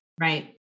right